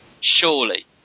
Surely